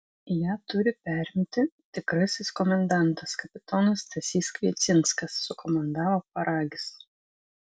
ją turi perimti tikrasis komendantas kapitonas stasys kviecinskas sukomandavo paragis